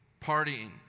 partying